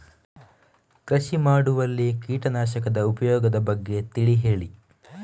ಕೃಷಿ ಮಾಡುವಲ್ಲಿ ಕೀಟನಾಶಕದ ಉಪಯೋಗದ ಬಗ್ಗೆ ತಿಳಿ ಹೇಳಿ